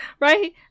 Right